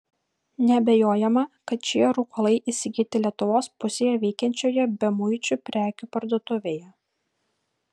neabejojama kad šie rūkalai įsigyti lietuvos pusėje veikiančioje bemuičių prekių parduotuvėje